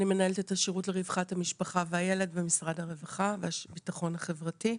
אני מנהלת את השירות לרווחת המשפחה והילד במשרד הרווחה והביטחון החברתי.